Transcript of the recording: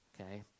okay